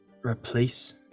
Replace